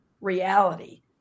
reality